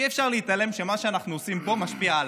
אי-אפשר להתעלם מכך שמה שאנחנו עושים פה משפיע הלאה.